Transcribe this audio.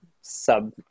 sub